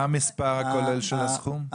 מה המספר הכולל של הסכום?